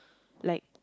like